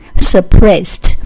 suppressed